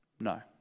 no